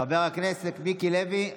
חבר הכנסת מיקי לוי,